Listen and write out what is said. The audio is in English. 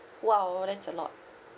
!wow! that's a lot